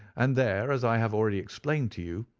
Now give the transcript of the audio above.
and there, as i have already explained to you,